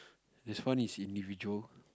this one is individual